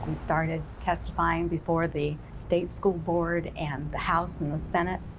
and started testifying before the state school board and the house and the senate.